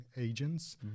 agents